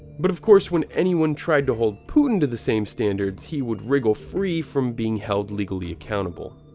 but of course, when anyone tried to hold putin to the same standards, he would wriggle free from being held legally accountable.